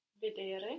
Vedere